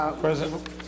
President